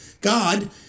God